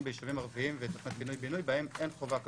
ביישובים ערביים ותוכניות פינוי-בינוי שבהם אין חובה כזאת.